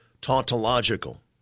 tautological